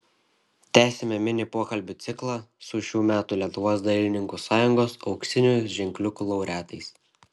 tęsiame mini pokalbių ciklą su šių metų lietuvos dailininkų sąjungos auksinių ženkliukų laureatais